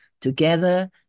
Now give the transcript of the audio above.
Together